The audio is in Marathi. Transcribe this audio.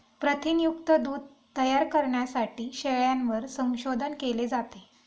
प्रथिनयुक्त दूध तयार करण्यासाठी शेळ्यांवर संशोधन केले जाते